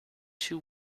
two